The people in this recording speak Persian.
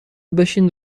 بشین